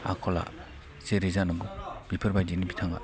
आखला जेरै जानांगौ बिफोरबायदिनो बिथाङा